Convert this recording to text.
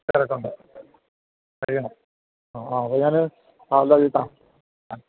തിരക്കുണ്ടോ ശരി എന്നാൽ ആ ആ അപ്പം ഞാൻ അല്ല ഈട്ടാ ആ